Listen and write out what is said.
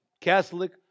Catholic